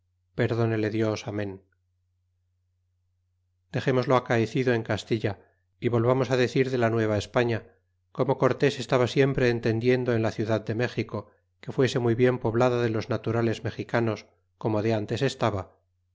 perdónele dios amen dexemos lo acaecido en castilla y volvamos fi decir de la nueva españa como cortés estaba siempre entendiendo en la ciudad de méxico que fuese muy bien poblada de los naturales mexicanos como de antes estaba